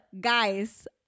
guys